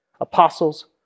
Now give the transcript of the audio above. apostles